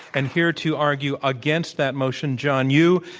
and here to argue against that motion, john yoo.